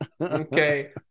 Okay